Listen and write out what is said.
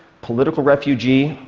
political refugee,